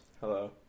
Hello